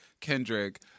Kendrick